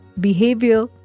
behavior